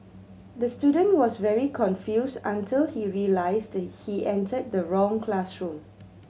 the student was very confused until he realised he entered the wrong classroom